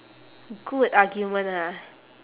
good argument ah